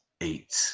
eight